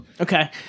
Okay